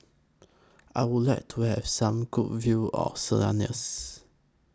I Would like to Have Some Good View of